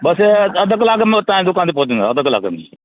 बस इहो अधि कलाक में तव्हांजी दुकान ते पहुची वेंदा अधि कलाक में